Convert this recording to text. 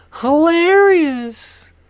Hilarious